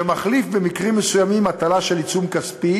שמחליף במקרים מסוימים הטלת עיצום כספי